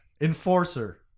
Enforcer